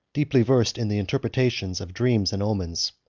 deeply versed in the interpretation of dreams and omens,